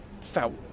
felt